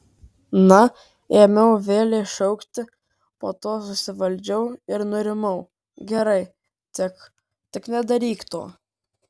na ėmiau vėlei šaukti po to susivaldžiau ir nurimau gerai tik tik nedaryk to